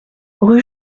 rue